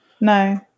no